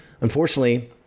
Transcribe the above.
Unfortunately